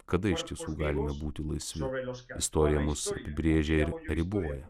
kada iš tiesų galime būti laisvi istorija mus apibrėžia ir riboja